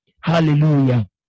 Hallelujah